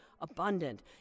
abundant